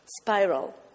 spiral